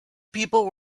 people